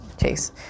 Chase